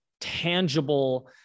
tangible